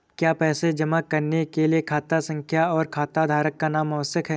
क्या पैसा जमा करने के लिए खाता संख्या और खाताधारकों का नाम आवश्यक है?